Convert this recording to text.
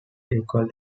equal